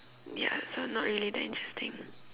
ya so not really that interesting